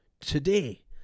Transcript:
today